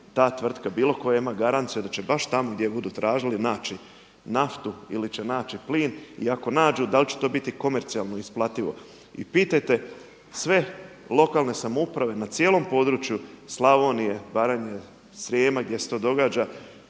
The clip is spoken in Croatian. ta tvrtka, bilo tko ima garanciju da će baš tamo gdje budu tražili naći naftu ili će naći plin i ako nađu da li će to biti komercijalno isplativo. I pitajte sve lokalne samouprave na cijelom području Slavonije, Baranje, Srijema gdje se to događa,